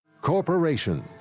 Corporations